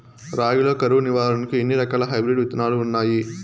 రాగి లో కరువు నివారణకు ఎన్ని రకాల హైబ్రిడ్ విత్తనాలు ఉన్నాయి